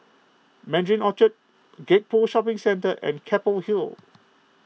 Mandarin Orchard Gek Poh Shopping Centre and Keppel Hill